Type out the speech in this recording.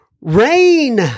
Rain